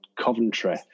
Coventry